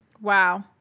Wow